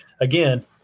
again